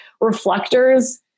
reflectors